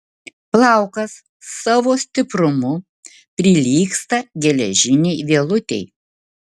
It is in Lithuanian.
plaukas savo stiprumu prilygsta geležinei vielutei